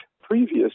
previous